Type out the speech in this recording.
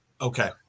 Okay